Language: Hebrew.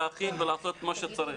להכין ולעשות את מה שצריך.